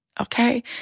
Okay